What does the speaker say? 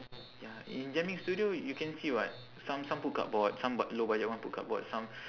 ya in jamming studio you can see [what] some some put cardboard some b~ low budget one put cardboard some